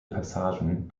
passagen